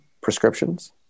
prescriptions